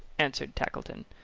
answered tackleton.